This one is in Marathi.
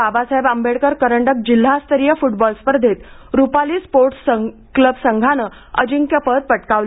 वाबासाहेब आंबेडकर करंडक जिल्हास्तरीय फुटबॉल स्पर्धेत रूपाली स्पोर्टस क्लब संघाने अजिंक्यपद पटकावले